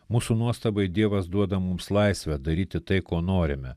mūsų nuostabai dievas duoda mums laisvę daryti tai ko norime